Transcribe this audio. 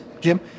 Jim